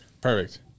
Perfect